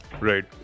Right